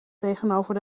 tegenover